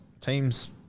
Teams